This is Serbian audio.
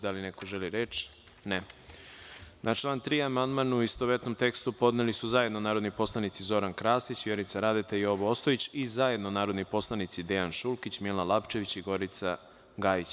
Da li neko želi reč? (Ne.) Na član 3. amandman, u istovetnom tekstu, podneli su zajedno narodni poslanici Zoran Krasić, Vjerica Radeta i Jovo Ostojić i zajedno narodni poslanici Dejan Šulkić, Milan Lapčević i Gorica Gajić.